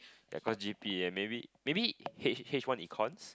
ya cause G_P and maybe maybe H H one econs